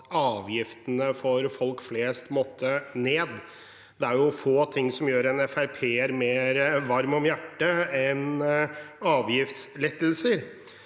at avgiftene for folk flest måtte ned. Det er få ting som gjør en FrP-er varmere om hjertet enn avgiftslettelser.